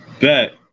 Bet